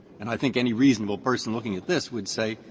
and i think any reasonable person looking at this would say,